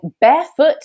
barefoot